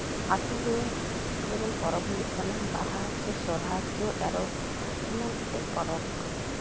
ᱟᱹᱛᱩ ᱨᱮ ᱡᱮᱢᱚᱱ ᱯᱚᱨᱚᱵᱽ ᱦᱩᱭᱩᱜ ᱠᱟᱱᱟ ᱵᱟᱦᱟ ᱪᱳ ᱥᱚᱦᱨᱟᱭ ᱪᱳ ᱮᱨᱚᱜ ᱮᱢᱟᱱ ᱜᱚᱴᱮᱡ ᱯᱚᱨᱚᱵᱽ